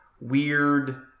weird